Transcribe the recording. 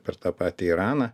per tą patį iraną